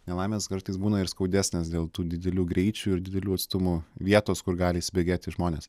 nelaimės kartais būna ir skaudesnės dėl tų didelių greičių ir didelių atstumų vietos kur gali įsibėgėti žmonės